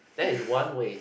that is one way